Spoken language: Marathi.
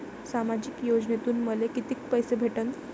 सामाजिक योजनेतून मले कितीक पैसे भेटन?